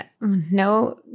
No